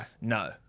No